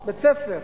בית-ספר.